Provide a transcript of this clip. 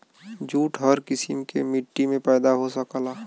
jute हर किसिम के मट्टी में पैदा हो सकला